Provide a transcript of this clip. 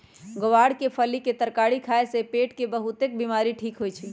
ग्वार के फली के तरकारी खाए से पेट के बहुतेक बीमारी ठीक होई छई